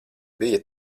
bija